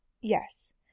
yes